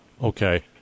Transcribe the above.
Okay